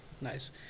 Nice